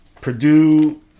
Purdue